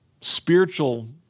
spiritual